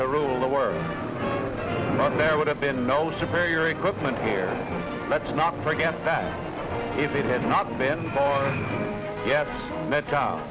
to rule the world there would have been no superior equipment here let's not forget that if it had not been yet that's how